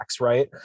right